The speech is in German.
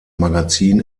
magazin